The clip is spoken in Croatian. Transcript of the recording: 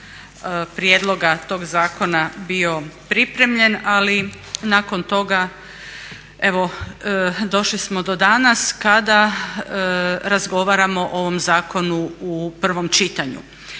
prijedloga tog zakona bio pripremljen ali nakon toga evo došli smo do danas kada razgovaramo o ovom zakonu u prvom čitanju.